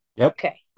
Okay